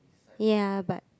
ya but